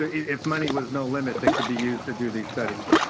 if money was no limit, that could be used to do these studies?